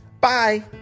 Bye